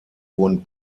wurden